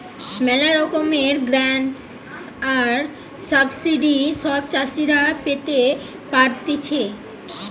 ম্যালা রকমের গ্রান্টস আর সাবসিডি সব চাষীরা পেতে পারতিছে